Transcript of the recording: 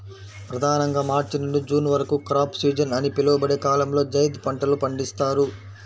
ప్రధానంగా మార్చి నుండి జూన్ వరకు క్రాప్ సీజన్ అని పిలువబడే కాలంలో జైద్ పంటలు పండిస్తారు